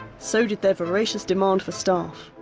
so did their voracious demand for staff.